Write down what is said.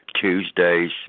Tuesday's